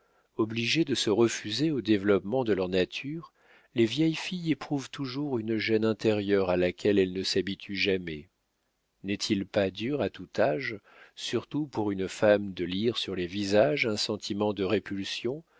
obligées de se refuser aux développements de leur nature les vieilles filles éprouvent toujours une gêne intérieure à laquelle elles ne s'habituent jamais n'est-il pas dur à tout âge surtout pour une femme de lire sur les visages un sentiment de répulsion